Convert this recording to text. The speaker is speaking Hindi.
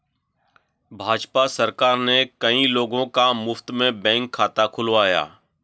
भाजपा सरकार ने कई लोगों का मुफ्त में बैंक खाता खुलवाया